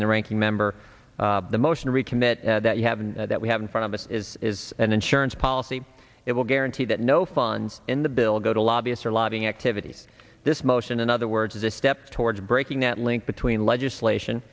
and the ranking member of the motion to recommit that you have and that we have in front of us is is an insurance policy it will guarantee that no fun in the bill go to lobbyists or lobbying activities this motion in other words is a step towards breaking that link between legislation